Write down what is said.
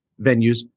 venues